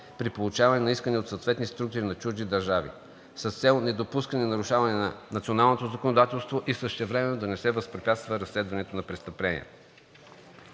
при получаване на искане от съответните структури на чужди държави с цел недопускане нарушаване на националното законодателство и същевременно да не се възпрепятства разследването на престъпление.